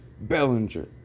Bellinger